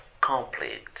complete